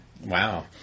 Wow